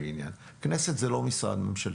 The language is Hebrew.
כנסת זה לא משרד ממשלתי,